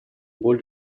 боль